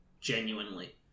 Genuinely